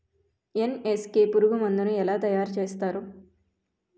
NSK పురుగు మందు ను ఎలా తయారు చేస్తారు?